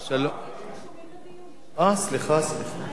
סליחה.